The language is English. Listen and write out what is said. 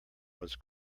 was